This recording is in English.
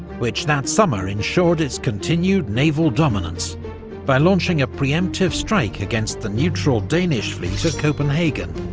which that summer, ensured its continued naval dominance by launching a pre-emptive strike against the neutral danish fleet at copenhagen